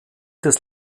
des